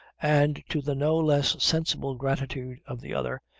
and to the no less sensible gratitude of the other,